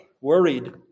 worried